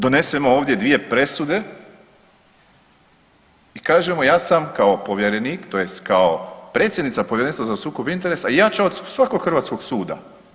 Donesemo ovdje 2 presude, i kažemo, ja sam kao povjerenik, tj. kao predsjednica Povjerenstva za sukob interesa jača od svakog hrvatskog suda.